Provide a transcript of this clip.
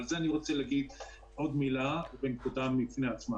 ואני רוצה להגיד עוד מילה על הנושא הזה.